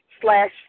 slash